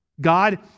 God